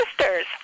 sisters